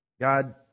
God